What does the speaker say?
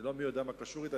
אני לא מי-יודע-מה קשור אליה,